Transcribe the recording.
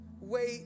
Wait